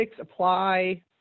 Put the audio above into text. apply